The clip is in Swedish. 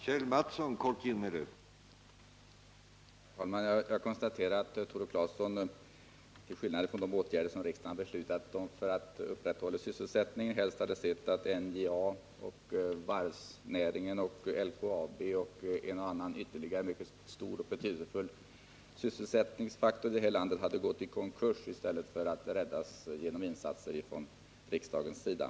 Herr talman! Jag konstaterar att Tore Claeson tycks ta avstånd från de åtgärder riksdagen har beslutat för att upprätthålla sysselsättningen och att han helst hade sett att NJA, varvsnäringen, LKAB och ytterligare en och annan mycket stor och betydelsefull källa till sysselsättning i det här landet hade gått i konkurs i stället för att räddas genom insatser från riksdagens sida.